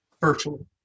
virtually